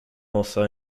also